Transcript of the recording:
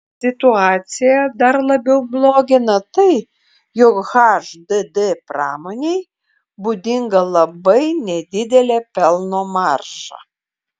situaciją dar labiau blogina tai jog hdd pramonei būdinga labai nedidelė pelno marža